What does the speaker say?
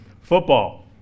football